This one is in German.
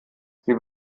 sie